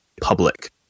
public